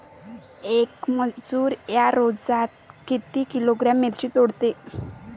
येक मजूर या रोजात किती किलोग्रॅम मिरची तोडते?